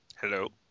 Hello